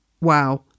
wow